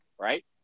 right